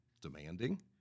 demanding